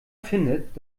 findet